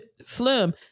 Slim